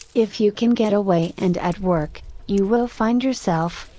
if you can get away and at work, you will find yourself,